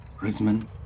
Rizman